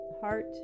heart